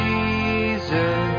Jesus